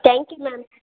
thank you ma'am